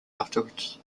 afterwards